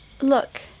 look